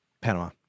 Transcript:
Panama